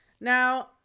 Now